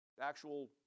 actual